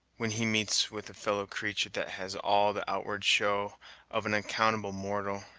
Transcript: when he meets with a fellow-creatur' that has all the outward show of an accountable mortal,